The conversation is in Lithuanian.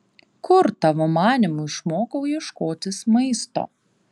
kur tavo manymu išmokau ieškotis maisto